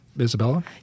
Isabella